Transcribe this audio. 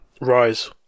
Rise